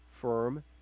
firm